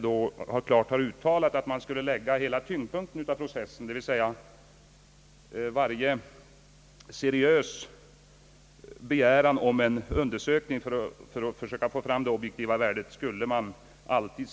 Det hade klart uttalats, att man skulle försöka behandla varje seriös begäran om en undersökning för att söka få fram det objektiva värdet i första instans.